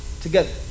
together